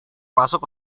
masuk